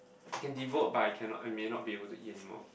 I can devote but I cannot I may not be able to eat anymore